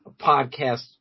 podcast